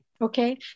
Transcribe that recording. Okay